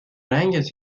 رنگت